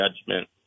judgment